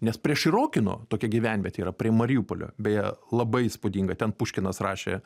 nes prie širokino tokia gyvenvietė yra prie mariupolio beje labai įspūdinga ten puškinas rašė